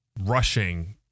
rushing